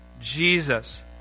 Jesus